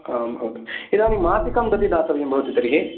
आं भवतु इदानीम मासिकं कति दातव्यं भवति तर्हि